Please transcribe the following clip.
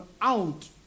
out